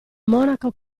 monaco